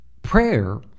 Prayer